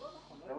הישיבה